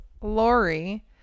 Lori